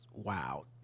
Wow